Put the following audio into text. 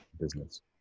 business